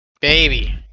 Baby